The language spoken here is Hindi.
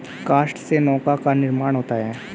काष्ठ से नौका का निर्माण होता है